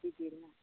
गिदिरना